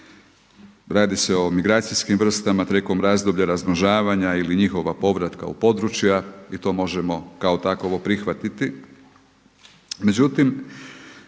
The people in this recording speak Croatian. Radi se o migracijskim vrstama tijekom razdoblja razmnožavanja ili njihova povratka u područja i to možemo kao takovo prihvatiti. Međutim,